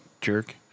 jerk